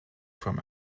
from